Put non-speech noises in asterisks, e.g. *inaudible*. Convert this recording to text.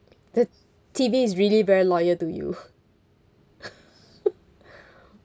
the T_V is really very loyal to you *laughs*